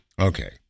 Okay